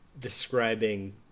describing